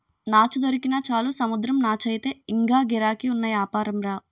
నాచు దొరికినా చాలు సముద్రం నాచయితే ఇంగా గిరాకీ ఉన్న యాపారంరా